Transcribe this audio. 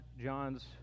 John's